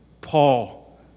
Paul